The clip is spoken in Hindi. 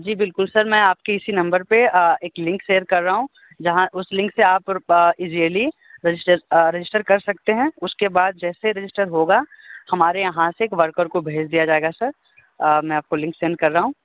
जी बिलकुल सर मैं आपके इसी नंबर पर एक लिंक शेयर कर रहा हूँ जहाँ उस लिंक से आप ईज़िली रजिस्टर रजिस्टर करते सकते हैं उसके बाद जैसे रजिस्टर होगा हमारे यहाँ से एक वर्कर को भेज दिया जाएगा सर मैं आपको लिंक सेंड कर रहा हूँ